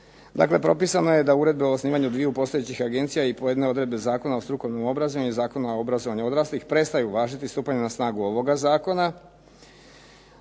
Dakle propisano je da uredbe o osnivanju dviju postojećih agencija i pojedine odredbe Zakona o strukovnom obrazovanju i Zakona o obrazovanju odraslih prestaju važiti stupanjem na snagu ovoga zakona.